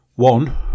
One